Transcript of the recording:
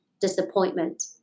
disappointment